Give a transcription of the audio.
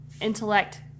intellect